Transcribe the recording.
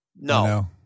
No